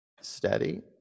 steady